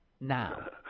now